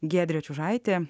giedrė čiužaitė